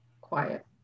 quiet